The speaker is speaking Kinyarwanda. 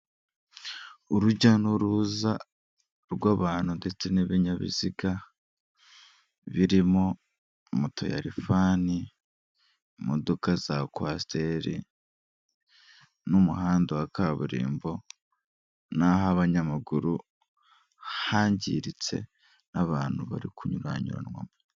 Urujya n'uruza rw'abantu ndetse n'ibinyabiziga, birimo moto ya rifani, imodoka za kwasiteri n'umuhanda wa kaburimbo n'ah'abanyamaguru hangiritse n'abantu bari kunyuranyuranamo.